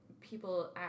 People